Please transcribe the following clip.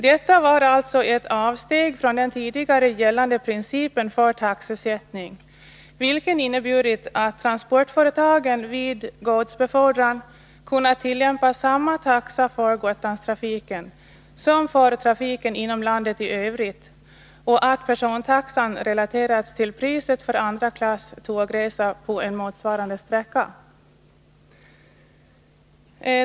Detta var alltså ett avsteg från den tidigare gällande principen för taxesättning, vilken inneburit att transportföretagen vid godsbefordran kunnat tillämpa samma taxa för Gotlandstrafiken som för trafiken inom landet i övrigt och att persontaxan relaterats till priset för andra klass tågresa på en motsvarande sträcka.